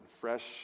fresh